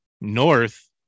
north